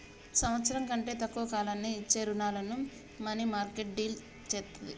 సంవత్సరం కంటే తక్కువ కాలానికి ఇచ్చే రుణాలను మనీమార్కెట్ డీల్ చేత్తది